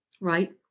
Right